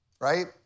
right